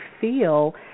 feel